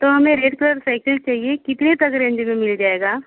तो हमें red colour cycle चाहिए कितने तक रेंज में मिल जाएगी